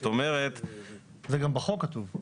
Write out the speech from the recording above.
זה גם כתוב בחוק.